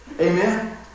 Amen